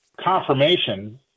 Confirmation